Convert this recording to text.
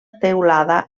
teulada